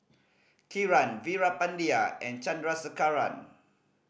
Kiran Veerapandiya and Chandrasekaran